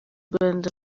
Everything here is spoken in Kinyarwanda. rwanda